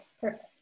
perfect